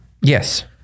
Yes